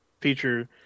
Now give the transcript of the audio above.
feature